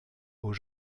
aux